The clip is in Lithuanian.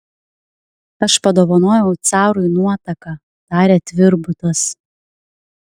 aš padovanojau carui nuotaką tarė tvirbutas